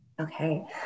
Okay